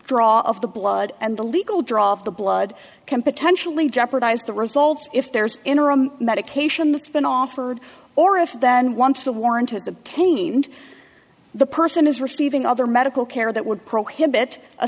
draw of the blood and the legal drop of the blood can potentially jeopardize the results if there's interim medication that's been offered or if then once a warrant has obtained the person is receiving other medical care that would prohibit a